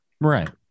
Right